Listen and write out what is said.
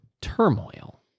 turmoil